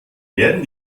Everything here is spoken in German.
werden